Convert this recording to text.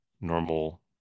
normal